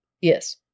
yes